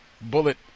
Bullet